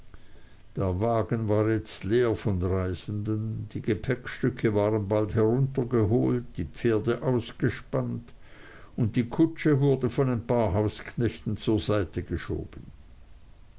der wagen war jetzt leer von reisenden die gepäckstücke waren bald heruntergeholt die pferde ausgespannt und die kutsche wurde von ein paar hausknechten zur seite geschoben